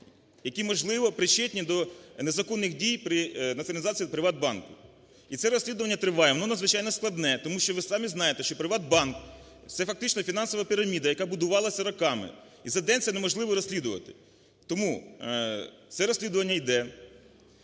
які, можливо, причетні до незаконних дій при націоналізації "ПриватБанку". І це розслідування триває. Воно надзвичайно складне, тому що ви самі знаєте, що "ПриватБанк" – це фактично фінансова піраміда, яка будувалася роками. І за день це неможливо розслідувати. Тому це розслідування йде.